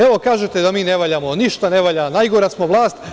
Evo, kažete da mi ne valjamo, ništa ne valja, najgora smo vlast.